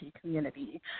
community